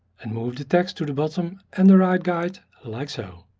and move the text to the bottom and the right guide, like so.